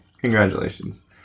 Congratulations